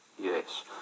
Yes